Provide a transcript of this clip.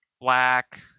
black